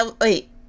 wait